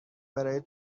برای